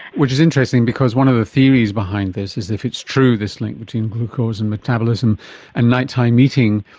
which is interesting because one of the theories behind this is if it's true, this link between glucose and metabolism and night-time eating,